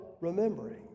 remembering